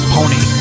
Pony